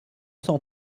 cent